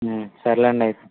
సరే లేండి అయితే